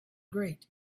grate